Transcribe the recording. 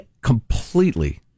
completely